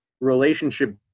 relationship